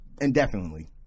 indefinitely